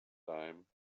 time